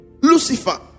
Lucifer